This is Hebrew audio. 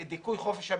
לדיכוי חופש הביטוי,